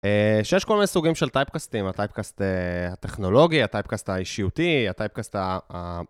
שיש כל מיני סוגים של טייפקסטים, הטייפקסט הטכנולוגי, הטייפקסט האישיותי, הטייפקסט ה... ה...